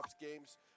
games